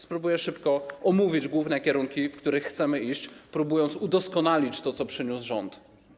Spróbuję szybko omówić główne kierunki, w których chcemy iść, próbując udoskonalić to, co przyniósł rząd.